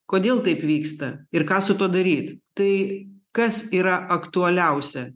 kodėl taip vyksta ir ką su tuo daryt tai kas yra aktualiausia